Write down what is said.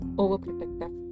overprotective